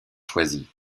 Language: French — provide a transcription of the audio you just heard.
choisi